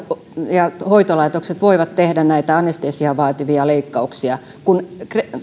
ja hoitolaitokset voivat tehdä anestesiaa vaativia leikkauksia kun